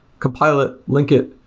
compile it, link it,